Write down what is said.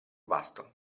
vasto